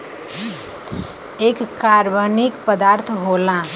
एक कार्बनिक पदार्थ होला